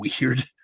weird